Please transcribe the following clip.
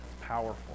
powerful